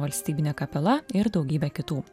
valstybinė kapela ir daugybė kitų